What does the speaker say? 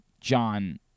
John